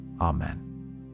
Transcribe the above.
amen